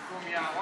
הסיכום יהיה ארוך?